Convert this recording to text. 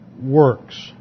works